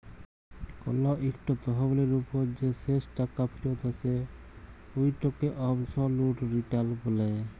call ইকট তহবিলের উপর যে শেষ টাকা ফিরত আসে উটকে অবসলুট রিটার্ল ব্যলে